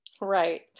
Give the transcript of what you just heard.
Right